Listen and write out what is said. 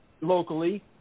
locally